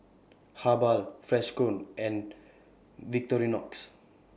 Habhal Freshkon and Victorinox